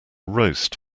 roast